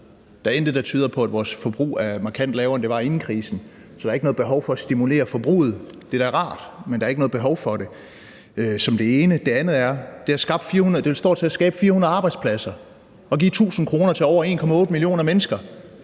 Der er intet, der tyder på, at vores forbrug er markant lavere, end det var inden krisen. Så der er ikke noget behov for at stimulere forbruget. Det er da rart, men der er ikke noget behov for det. For det andet står det til at skabe 400 arbejdspladser at give 1.000 kr. til over 1,8 mio. mennesker.